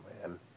man